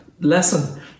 Lesson